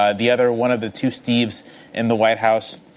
ah the other one of the two steve's in the white house.